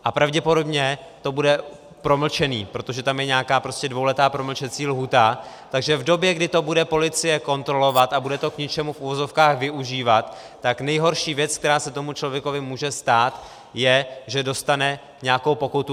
A pravděpodobně to bude promlčené, protože tam je prostě nějaká dvouletá promlčecí lhůta, takže v době, kdy to bude policie kontrolovat a bude to k něčemu v uvozovkách využívat, tak nejhorší věc, která se tomu člověkovi může stát, že dostane nějakou pokutu.